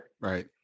right